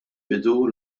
bidu